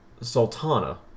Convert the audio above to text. Sultana